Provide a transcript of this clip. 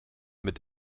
mit